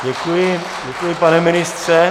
Děkuji, pane ministře.